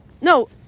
No